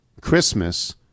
Christmas